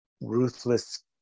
ruthless